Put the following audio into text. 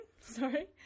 sorry